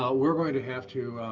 ah we're going to have to